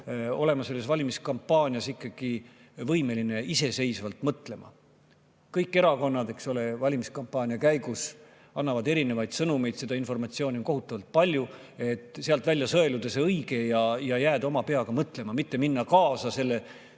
olema valimiskampaania ajal ikkagi võimeline iseseisvalt mõtlema. Kõik erakonnad annavad valimiskampaania käigus erinevaid sõnumeid. Seda informatsiooni on kohutavalt palju, et sealt välja sõeluda see õige, jääda oma peaga mõtlema ja mitte minna kaasa selle